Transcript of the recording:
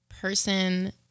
person